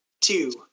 two